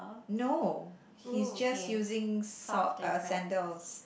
no he's just using sock uh sandals